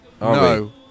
No